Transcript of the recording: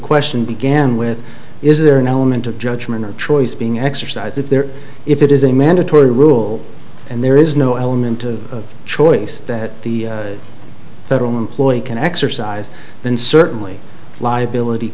question began with is there an element of judgment or choice being exercised if there if it is a mandatory rule and there is no element of choice that the federal employee can exercise then certainly liability